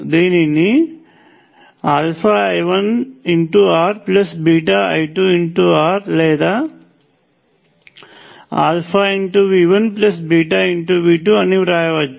దీనిని I1RI2R లేదా V1V2 అని వ్రాయవచ్చు